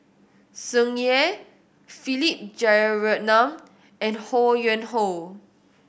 Tsung Yeh Philip Jeyaretnam and Ho Yuen Hoe